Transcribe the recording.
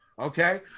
okay